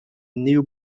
new